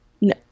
No